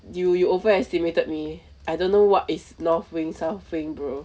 you you overestimated me I don't know what is north wing south wing bro